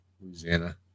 Louisiana